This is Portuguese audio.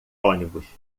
ônibus